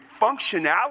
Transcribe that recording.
functionality